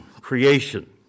creation